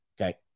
Okay